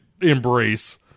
embrace